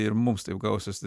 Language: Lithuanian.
ir mums taip gausis